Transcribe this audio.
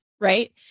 right